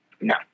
No